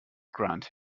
grant